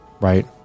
right